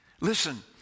Listen